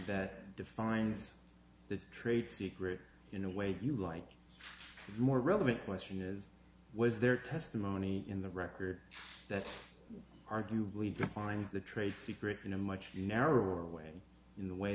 that defines the trade secret in a way you like a more relevant question is was there testimony in the record that arguably defines the trade secret in a much narrower way in the way